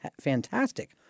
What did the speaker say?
fantastic